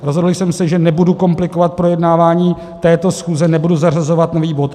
Rozhodl jsem se, že nebudu komplikovat projednávání této schůze, nebudu zařazovat nový bod.